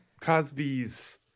Cosby's